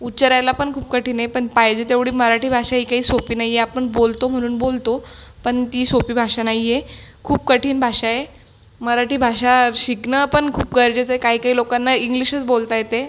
उच्चारायला पण खूप कठीण आहे पण पाहिजे तेवढी मराठी भाषा ही काही सोपी नाही आहे आपण बोलतो म्हणून बोलतो पण ती सोपी भाषा नाही आहे खूप कठीण भाषा आहे मराठी भाषा शिकणंपण खूप गरजेचं आहे काही काही लोकांना इंग्लिशच बोलता येते